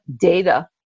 data